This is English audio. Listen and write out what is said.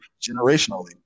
generationally